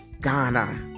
Ghana